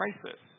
crisis